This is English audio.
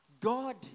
god